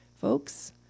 Folks